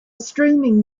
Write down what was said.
streaming